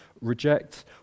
reject